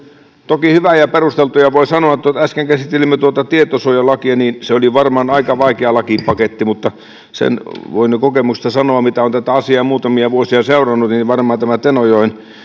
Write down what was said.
toki hyvä ja perusteltu ja voi sanoa kun äsken käsittelimme tuota tietosuojalakia että se oli varmaan aika vaikea lakipaketti mutta sen voin jo kokemuksesta sanoa mitä olen tätä asiaa muutamia vuosia seurannut että varmaan tämä tenojoen